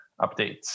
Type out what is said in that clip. updates